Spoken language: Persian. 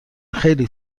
خیلی